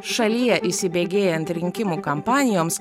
šalyje įsibėgėjant rinkimų kampanijoms